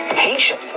patient